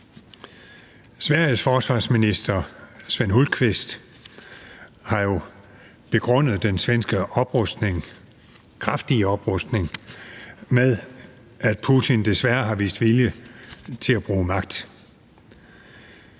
Sveriges forsvarsminister, Peter Hultqvist, har jo begrundet den kraftige svenske oprustning med, at Putin desværre har vist vilje til at bruge magt.